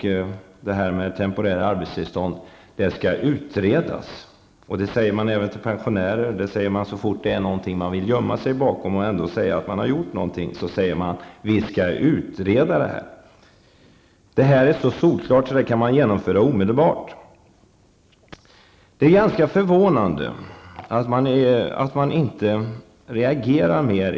Man säger att frågan om temporära arbetstillstånd skall utredas. Så säger man till pensionärer också. När man vill gömma sig bakom någonting och ändå säga att man har gjort något, säger man: Vi skall utreda det här. Men det här är så solklart, så det kan man genomföra omedelbart. Det är ganska förvånande att svenska folket inte reagerar mer.